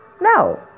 No